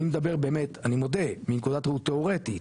אני מדבר באמת אני מודה מנקודת ראות תיאורטית,